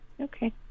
Okay